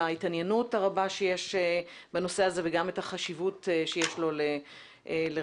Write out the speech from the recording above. ההתעניינות הרבה שיש בנושא הזה וגם את החשיבות שיש לו לרבים.